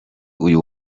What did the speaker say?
uyu